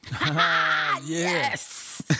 Yes